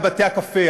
בתי-הקפה,